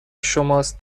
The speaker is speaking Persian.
شماست